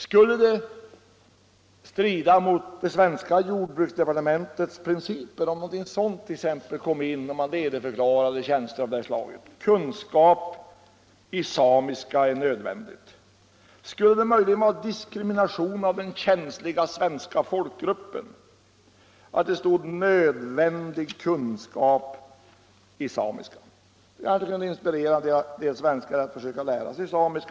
Skulle det strida mot det svenska jordbruksdepartementets principer om något sådant togs med när man ledigförklarar tjänster av det här slaget: kunskap i samiska är nödvändig? Skulle det möjligen vara diskrimination av den känsliga svenska folkgruppen att det stod att kunskap i samiska var nödvändig? Det kanske kunde inspirera en del svenskar till att försöka lära sig samiska.